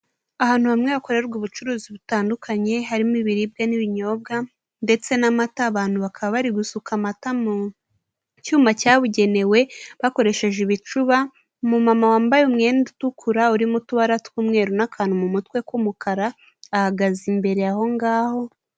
Ahantu hamwe hakorerwa ubucuruzi butandukanye, harimo ibiribwa n'ibinyobwa ndetse n'amata, abantu bakaba bari gusuka amata mu cyuma cyabugenewe bakoresheje ibicuba, umumama wambaye umwenda utukura urimo utubara tw'umweru n'akantu mu mutwe k'umukara ahagaze imbere aho ngaho.